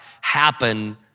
happen